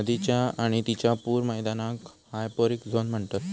नदीच्य आणि तिच्या पूर मैदानाक हायपोरिक झोन म्हणतत